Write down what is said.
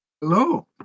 Hello